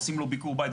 עושים לו ביקור בית,